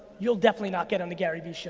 you'll definitely not get on the gary vee show.